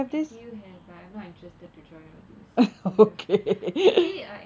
N_T_U have but I am not interested to join all this actually uh